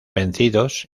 vencidos